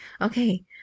Okay